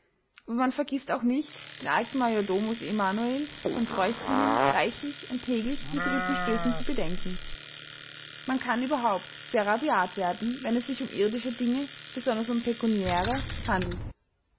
aber man vergißt auch nicht den alten majordomus emanuel von treuchtlingen reichlich und täglich mit rippenstößen zu bedenken man kann überhaupt sehr rabiat werden wenn es sich um irdische dinge besonders um pekuniäre handelt